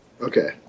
Okay